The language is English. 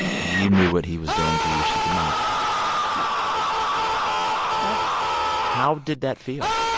you knew what he was doing to you she did not no wow no how did that feel?